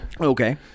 okay